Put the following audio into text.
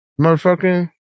motherfucking